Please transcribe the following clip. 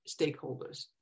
stakeholders